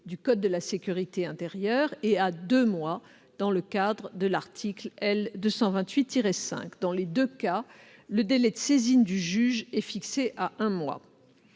du code de la sécurité intérieure, et à deux mois, dans le cadre de l'article L. 228-5 du même code. Dans les deux cas, le délai de saisine du juge est fixé à un mois.